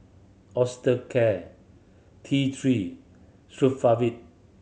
Osteocare T Three Sofarvit